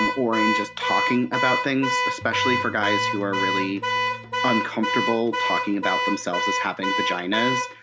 um or in just talking about things, especially for guys who are really uncomfortable talking about themselves as having vaginas!